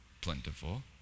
plentiful